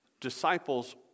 disciples